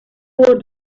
bordo